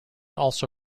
also